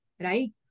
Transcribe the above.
right